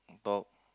and talk